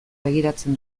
begiratzen